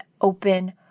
open